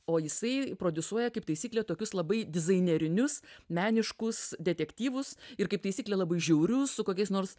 o jisai prodiusuoja kaip taisyklė tokius labai dizainerius meniškus detektyvus ir kaip taisyklė labai žiaurius su kokiais nors